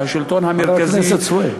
שהשלטון המרכזי,